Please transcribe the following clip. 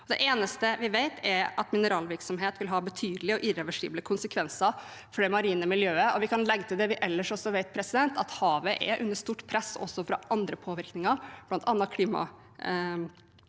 Det eneste vi vet, er at mineralvirksomhet vil ha betydelige og irreversible konsekvenser for det marine miljøet, og vi kan legge til det vi ellers vet – at havet er under stort press også fra andre påvirkninger, bl.a.